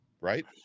right